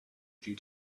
due